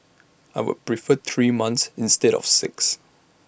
I would prefer three months instead of six